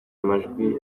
amajwi